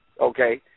okay